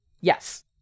Yes